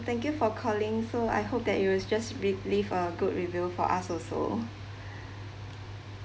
thank you for calling so I hope that you will just bri~ leave a good review for us also